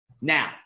Now